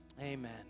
amen